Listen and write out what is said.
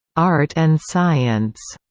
art and science,